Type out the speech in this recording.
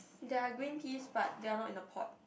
there are green peas but they are not in the pot